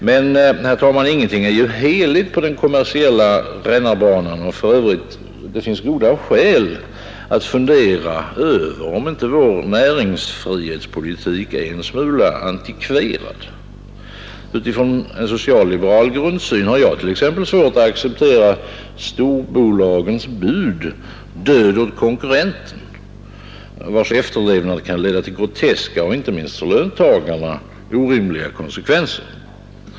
Men, herr talman, ingenting är heligt på den kommersiella rännarbanan, och för övrigt finns det goda skäl att fundera över om inte vår näringsfrihetspolitik är en smula antikverad. Utifrån socialliberal grundsyn har jag t.ex. svårt att acceptera storbolagens bud ”Död åt konkurrenten”, vars efterlevnad kan leda till groteska och inte minst för löntagarna orimliga konsekvenser.